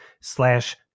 slash